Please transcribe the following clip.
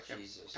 Jesus